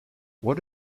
what